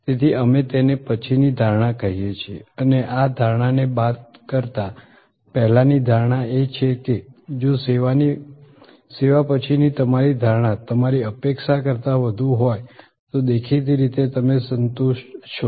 તેથી અમે તેને પછીની ધારણા કહીએ છીએ અને આ ધારણાને બાદ કરતાં પહેલાંની ધારણા એ છે કે જો સેવા પછીની તમારી ધારણા તમારી અપેક્ષા કરતાં વધુ હોય તો દેખીતી રીતે તમે સંતુષ્ટ છો